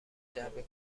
جعبه